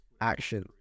action